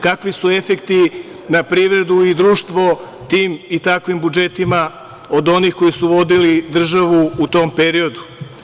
Kakvi su efekti na privredu i društvo tim i takvim budžetima od onih koji su vodili državu u tom periodu?